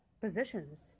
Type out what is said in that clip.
positions